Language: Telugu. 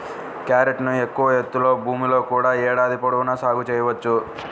క్యారెట్ను ఎక్కువ ఎత్తులో భూముల్లో కూడా ఏడాది పొడవునా సాగు చేయవచ్చు